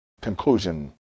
conclusion